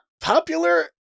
Popular